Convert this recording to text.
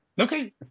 Okay